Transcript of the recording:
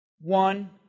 one